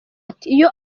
atiiyo